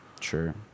Sure